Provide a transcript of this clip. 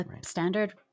Standard